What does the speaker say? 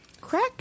Crack